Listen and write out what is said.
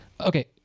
Okay